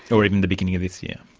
or even the beginning of this year.